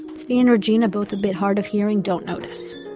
zvi and regina, both a bit hard of hearing, don't notice